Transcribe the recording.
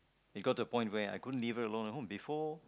it got to a point where I couldn't leave her alone at home before